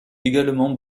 également